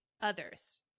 others